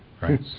Right